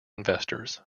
investors